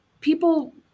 people